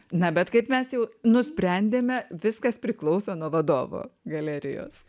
na bet kaip mes jau nusprendėme viskas priklauso nuo vadovo galerijos